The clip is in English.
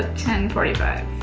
ten forty five?